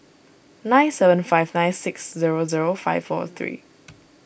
nine seven five nine six zero zero five four three